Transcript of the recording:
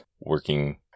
working